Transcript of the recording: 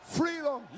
freedom